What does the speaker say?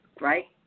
right